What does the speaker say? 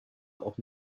auch